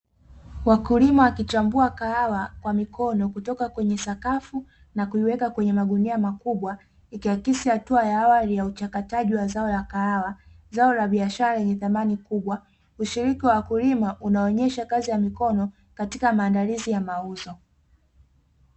Wakulima wakichambua kahawa kwa mikono kutoka kwenye sakafu na kuiweka kwenye magunia makubwa ikiakisi hatua ya awali ya uchakataji wa zao la kahawa, zao la biashara lenye dhamani kubwa, ushiriki wa wakulima unaonyesha kazi ya mikono katika maandalizi ya mauzo.